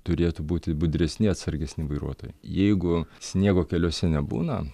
turėtų būti budresni atsargesni vairuotojai jeigu sniego keliuose nebūna